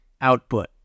output